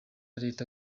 leta